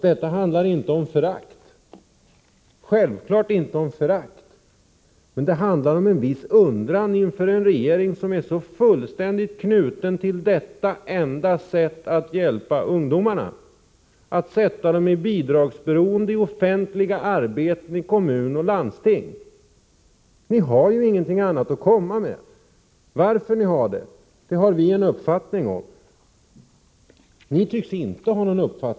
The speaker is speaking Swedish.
Det handlar inte om förakt, Anna-Greta Leijon — självfallet inte. Det handlar om en viss undran inför en regering som är fullständigt knuten till ett enda sätt att hjälpa ungdomarna, nämligen att sätta dem i bidragsberoende i offentliga arbeten i kommuner och landsting. Ni har ju ingenting annat att komma med. Varför det är så har vi en uppfattning om, men ni tycks inte ha det.